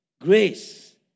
grace